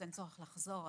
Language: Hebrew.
אז אין צורך לחזור,